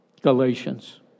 Galatians